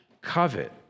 covet